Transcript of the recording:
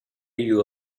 you